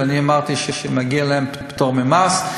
ואני אמרתי שמגיע להם פטור ממס.